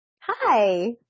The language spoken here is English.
Hi